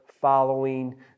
following